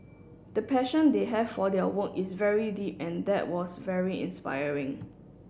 the passion they have for their work is very deep and that was very inspiring